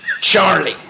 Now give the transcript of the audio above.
charlie